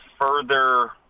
further